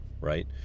right